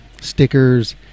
stickers